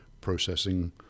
processing